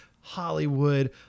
Hollywood